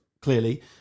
clearly